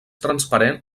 transparent